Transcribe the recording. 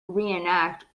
reenact